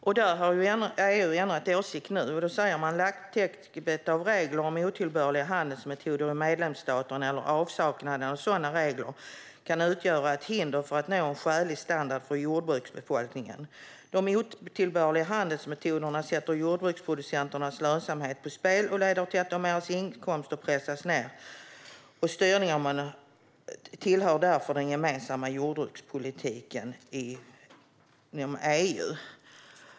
Herr talman! Där har EU ändrat åsikt nu och säger att lapptäcket av regler om otillbörliga handelsmetoder i medlemsstaterna eller avsaknaden av sådana regler kan utgöra ett hinder för att nå en skälig standard för jordbruksbefolkningen. De otillbörliga handelsmetoderna sätter jordbruksproducenternas lönsamhet på spel och leder till att deras inkomster pressas ned. Styrningen av dem tillhör därför den gemensamma jordbrukspolitiken inom EU.